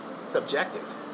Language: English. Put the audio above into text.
Subjective